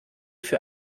für